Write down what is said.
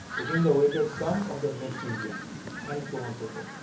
again the weighted sum of the next region and so on so forth.